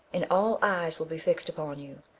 and all eyes will be fixed upon you.